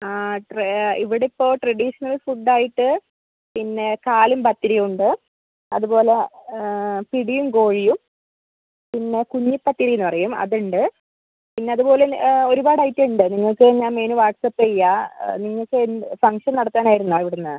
ആ ട്ര ഇവിടെ ഇപ്പോൾ ട്രഡീഷണൽ ഫുഡ് ആയിട്ട് പിന്നെ കാലും പത്തിരിയും ഉണ്ട് അതുപോലെ പിടിയും കോഴിയും പിന്നെ കുഞ്ഞിപ്പത്തിരി എന്ന് പറയും അതുണ്ട് പിന്നെ അതുപോലെ ഒരുപാട് ഐറ്റം ഉണ്ട് നിങ്ങൾക്ക് ഞാൻ മെനു വാട്സ്അപ്പ് ചെയ്യാം നിങ്ങൾക്ക് ഫംഗ്ഷൻ നടത്താനായിരുന്നോ ഇവിടുന്ന്